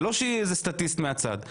זה לא שהיא סטטיסט מהצד.